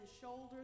shoulders